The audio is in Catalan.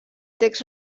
text